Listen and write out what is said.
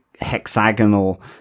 hexagonal